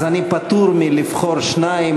אז אני פטור מלבחור שניים,